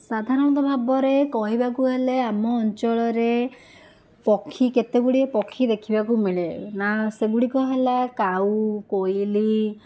ସାଧାରଣତଃ ଭାବରେ କହିବାକୁ ହେଲେ ଆମ ଅଞ୍ଚଳରେ ପକ୍ଷୀ କେତେ ଗୁଡ଼ିଏ ପକ୍ଷୀ ଦେଖିବାକୁ ମିଳେ ନାଁ ସେଗୁଡ଼ିକ ହେଲା କାଉ କୋଇଲି